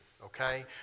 Okay